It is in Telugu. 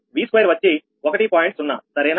0 సరేనా